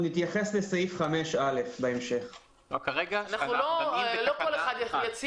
החשב הכללי ימסור לוועדה כל דיווח על יישום החוק